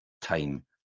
time